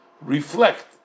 reflect